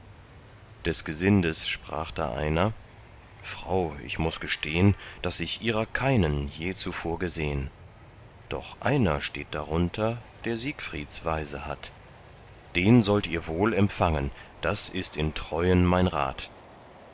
des gesindes sprach da einer frau ich muß gestehn daß ich ihrer keinen je zuvor gesehn doch einer steht darunter der siegfrieds weise hat den sollt ihr wohl empfangen das ist in treuen mein rat